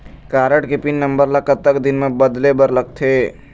Card के pin number ला कतक दिन म बदले बर लगथे?